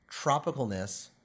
tropicalness